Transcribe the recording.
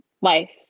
life